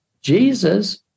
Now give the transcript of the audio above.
Jesus